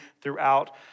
throughout